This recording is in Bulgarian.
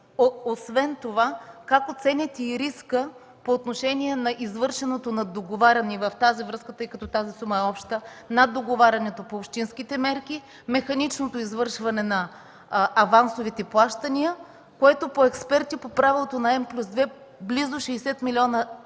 Освен това, как оценявате и риска по отношение на извършеното наддоговаряне и в тази връзка, тъй като тази сума е обща, наддоговарянето по общинските мерки, механичното извършване на авансовите плащания, което по експерти по правото на N+2 близо 60 млн. евро